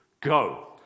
go